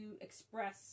express